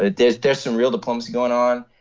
there's there's some real diplomacy going on.